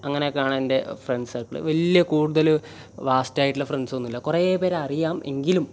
അങ്ങനെയൊക്കെയാണ് എൻ്റെ friends circle വലിയ കൂടുതൽ വാസ്റ്റ് ആയിട്ടുള്ള ഫ്രണ്ട്സ് ഒന്നുമില്ല കുറേ പേരെ അറിയാം എങ്കിലും